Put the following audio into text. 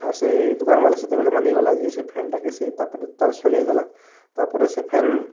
ଆର୍ ସେ ଦୁକାନ୍ବାଲା ସେତେବେଳେ ମାନିଗଲା ଯେ ସେ ଫ୍ୟାନ୍ଟା କେ ସେ ତାପରେ ସଜାଇ ଦେଲା ତାପରେ ସେ ଫ୍ୟାନ୍